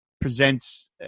presents